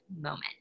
Moment